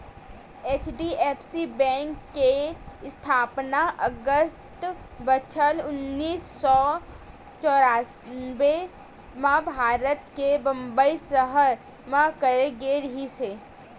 HDFC bank के इस्थापना अगस्त बछर उन्नीस सौ चौरनबें म भारत के बंबई सहर म करे गे रिहिस हे